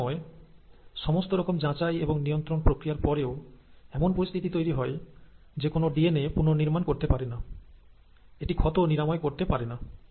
অনেক সময় সমস্ত রকম যাচাই এবং নিয়ন্ত্রণ প্রক্রিয়ার পরেও এমন পরিস্থিতি তৈরি হয় যে কোষ ডিএনএ পুনর্নির্মাণ করতে পারে না এটি ক্ষত নিরাময় করতে পারেনা